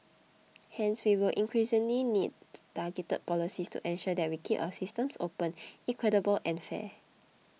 hence we will increasingly need targeted policies to ensure that we keep our systems open equitable and fair